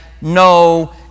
no